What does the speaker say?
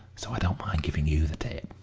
so i don't mind giving you the tip.